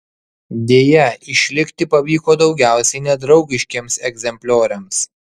deja išlikti pavyko daugiausiai nedraugiškiems egzemplioriams